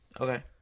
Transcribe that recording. Okay